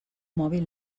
mòbil